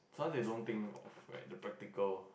now they don't think of like the practical